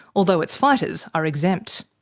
although its fighters are exempt.